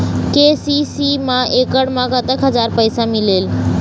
KCC मा एकड़ मा कतक हजार पैसा मिलेल?